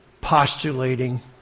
postulating